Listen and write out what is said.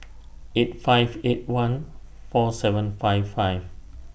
eight five eight one four seven five five